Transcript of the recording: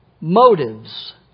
motives